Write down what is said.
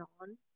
on